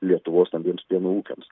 lietuvos stambiems pieno ūkiams